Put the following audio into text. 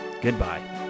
Goodbye